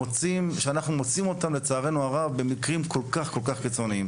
שאותם אנחנו מוצאים לצערנו הרב במצבים כל-כך קיצוניים.